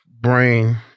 brain